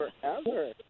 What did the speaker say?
forever